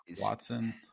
Watson